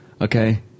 Okay